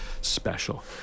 special